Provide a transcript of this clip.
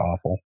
awful